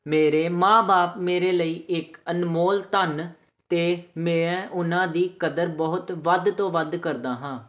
ਮੇਰੇ ਮਾਂ ਬਾਪ ਮੇਰੇ ਲਈ ਇੱਕ ਅਨਮੋਲ ਧਨ ਅਤੇ ਮੈਂ ਉਹਨਾਂ ਦੀ ਕਦਰ ਬਹੁਤ ਵੱਧ ਤੋਂ ਵੱਧ ਕਰਦਾ ਹਾਂ